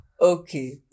okay